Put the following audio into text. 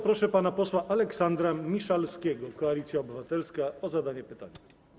Proszę pana posła Aleksandra Miszalskiego, Koalicja Obywatelska, o zadanie pytania.